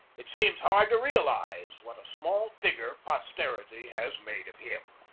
it seems hard to realize what a small figure posterity has made of him.